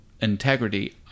integrity